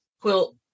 quilt